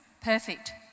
Perfect